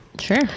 Sure